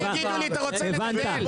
הם יגידו לי: אתה רוצה לגדל?